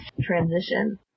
transition